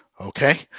Okay